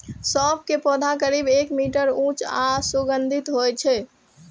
सौंफ के पौधा करीब एक मीटर ऊंच आ सुगंधित होइ छै